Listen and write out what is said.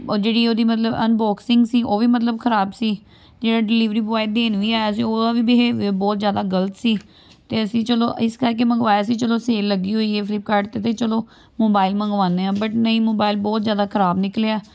ਉਹ ਜਿਹੜੀ ਉਹਦੀ ਮਤਲਬ ਅਨਬੋਕਸਿੰਗ ਸੀ ਉਹ ਵੀ ਮਤਲਬ ਖਰਾਬ ਸੀ ਜਿਹੜਾ ਡਿਲੀਵਰੀ ਬੋਅਏ ਦੇਣ ਵੀ ਆਇਆ ਸੀ ਉਹਦਾ ਵੀ ਬਿਹੇਵੀਅਰ ਬਹੁਤ ਜ਼ਿਆਦਾ ਗਲਤ ਸੀ ਅਤੇ ਅਸੀਂ ਚਲੋ ਇਸ ਕਰਕੇ ਮੰਗਵਾਇਆ ਸੀ ਚਲੋ ਸੇਲ ਲੱਗੀ ਹੋਈ ਹੈ ਫਲਿੱਪਕਾਡ 'ਤੇ ਅਤੇ ਚਲੋ ਮੋਬਾਇਲ ਮੰਗਵਾਉਂਦੇ ਹਾਂ ਬਟ ਨਹੀਂ ਮੋਬਾਇਲ ਬਹੁਤ ਜ਼ਿਆਦਾ ਖਰਾਬ ਨਿਕਲਿਆ